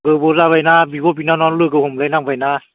गोबाव जाबाय ना बिब' बिनानाव लोगो हमलायनांबाय ना